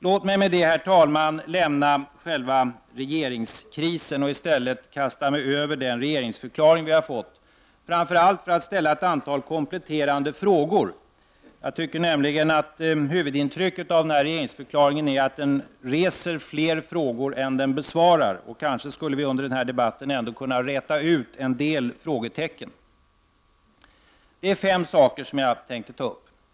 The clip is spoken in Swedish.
Låt mig med detta, herr talman, lämna själva regeringskrisen och i stället kasta mig över den regeringsförklaring som vi har fått. Det är framför allt för att ställa ett antal kompletterande frågor. Jag tycker nämligen att huvudintrycket av regeringsförklaringen är att den reser fler frågor än den besvarar, och kanske skulle vi under denna debatt ändå kunna räta ut en del frågetecken. Jag tänkte ta upp fem punkter.